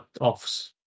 offs